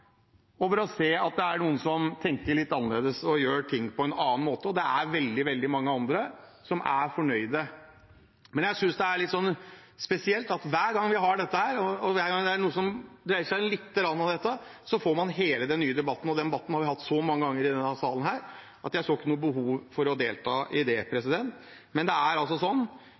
over å se at noen tenker litt annerledes og gjør ting på en annen måte. Og det er veldig, veldig mange andre som er fornøyd. Jeg synes det er litt spesielt at hver gang vi har dette, og hver gang det er noe som dreier seg lite grann om dette, får vi hele debatten på nytt. Den debatten har vi hatt så mange ganger i salen her at jeg ikke så noe behov for å delta i den. Men det vi opplever i dag, er